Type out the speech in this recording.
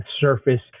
surface